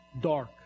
Dark